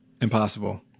impossible